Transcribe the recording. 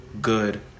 good